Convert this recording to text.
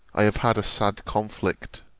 i have had a sad conflict!